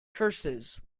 curses